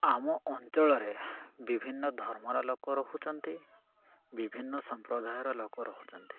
ଆମ ଅଞ୍ଚଳରେ ବିଭିନ୍ନ ଧର୍ମର ଲୋକ ରହୁଛନ୍ତି ବିଭିନ୍ନ ସମ୍ପ୍ରଦାୟର ଲୋକ ରହୁଛନ୍ତି